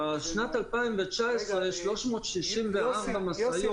-- בשנת 2019, 364 משאיות